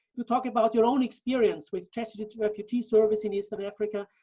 you talk about your own experience with jesuit refugee service in eastern africa,